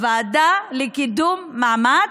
הוועדה לקידום מעמד,